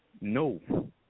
no